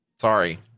Sorry